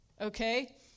Okay